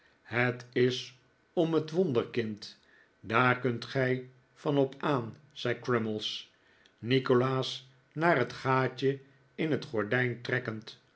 het is om het wonderkind daar kunt gij van op aan zei crummies nikolaas naar het gaatje in het gordijn trekkend